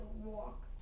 walk